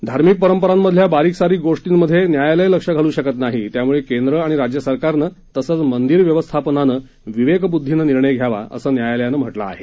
धार्मिक परंपरांमधल्या बारीक सारीक गोष्टीत न्यायालय लक्ष घालू शकत नाही त्यामुळे केंद्र आणि राज्य सरकारने तसंच मंदीर व्यवस्थापनाने विवेकब्दधीनं निर्णय घ्यावा असं न्यायालयानं म्हटलं आहे